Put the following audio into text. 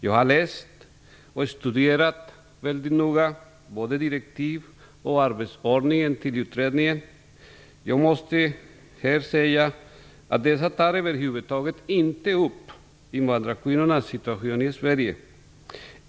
Jag har noga läst och studerat både direktiven och arbetsordningen till utredningen. Dessa tar över huvud taget inte upp invandrarkvinnornas situation i Sverige.